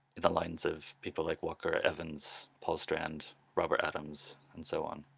the lines of people like walker evans, paul strand, robert adams and so on.